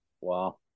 Wow